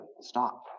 stop